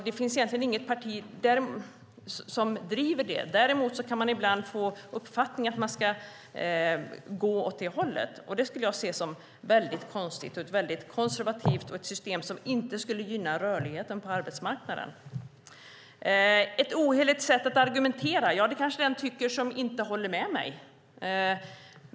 Det finns egentligen inget parti som driver den frågan. Däremot kan man ibland få uppfattningen att vi ska gå åt det hållet. Men det skulle jag se som väldigt konstigt, ett väldigt konservativt system som inte skulle gynna rörligheten på arbetsmarknaden. Ett ohederligt sätt att argumentera, sade Johnny Skalin. Ja, det kanske den tycker som inte håller med mig.